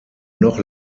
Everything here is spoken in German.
noch